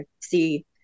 see